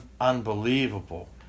unbelievable